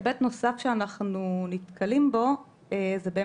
היבט נוסף שאנחנו נתקלים בו הוא באמת,